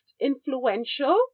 influential